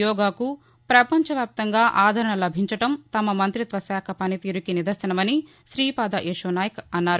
యోగాకు ప్రపంచ వ్యాప్తంగా ఆదరణ లభించటం తమ మంతిత్వ శాఖ పనితీరుకి నిదర్శనమని శ్రీపాద యశో నాయక్ అన్నారు